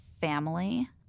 family